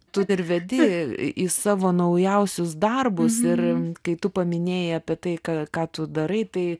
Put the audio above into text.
tu ir vedi į savo naujausius darbus ir kai tu paminėjai apie tai ką tu darai tai